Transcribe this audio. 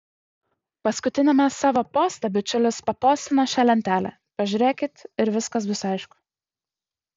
paskutiniame savo poste bičiulis papostino šią lentelę pažiūrėkit ir viskas bus aišku